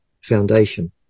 foundation